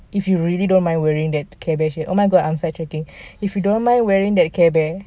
if you really don't mind wearing that care bear shirt oh my god I'm side tracking if you don't mind wearing that care bear